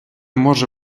може